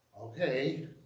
okay